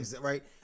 right